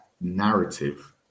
narrative